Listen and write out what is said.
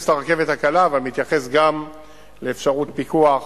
לרכבת הקלה אבל מתייחס גם לאפשרות פיקוח